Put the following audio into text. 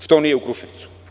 Što nije u Kruševcu?